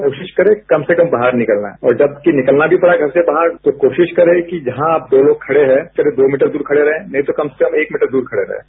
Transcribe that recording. कोशिश करें कम से कम बाहर निकलना है और जबकि निकलना भी पडा घर से बाहर तो कोरिश करे कि जहां आप दो लोग खडे हैं करीब दो मीटर दूर खड़े रहें नहीं तो कम से कम एक मीटर दूर खड़े रहें